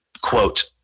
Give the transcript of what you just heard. quote